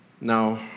Now